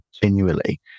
continually